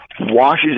washes